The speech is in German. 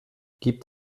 gibt